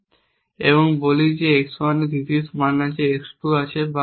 এবং বলি x 1 এর থিসিস মান আছে x 2 আছে বা d 1